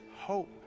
hope